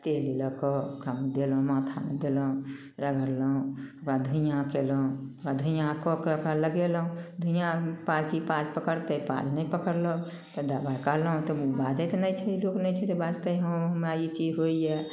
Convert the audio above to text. तेल लए कऽ ओकरा देलहुँ माथामे देलहुँ रगड़लहुँ तऽ धुइयाँ कयलहुँ ओकरा धुइयाँ कए कऽ ओकरा लगेलहुँ धुइयाँ भी पाउज की पाउज पकड़तै पाउज नहि पकड़लक तऽ दबाइ कहलहुँ बाजय तऽ नहि छै लोक नहि छै जे बाजतय जे हमरा ई चीज होइए